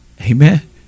Amen